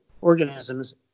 organisms